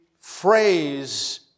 phrase